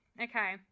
Okay